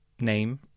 name